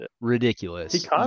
ridiculous